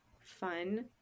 fun